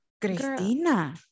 Christina